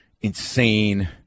insane